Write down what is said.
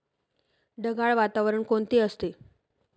ढगाळ हवामान कोणते असते?